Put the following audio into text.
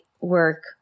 work